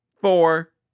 four